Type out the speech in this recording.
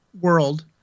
world